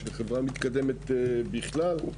של חברה מתקדמת בכלל.